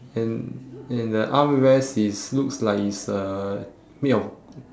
and the armrest is looks like it's uh made of